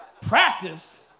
Practice